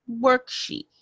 worksheet